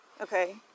Okay